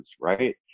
right